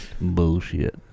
Bullshit